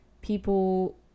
people